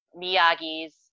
Miyagi's